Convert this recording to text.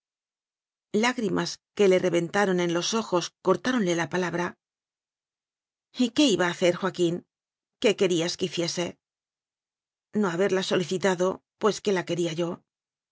lágrimas que le reventaron en los ojos cortáronle la palabra y qué iba a hacer joaquín qué que rías que hiciese no haberla solicitado pues que la que ría yo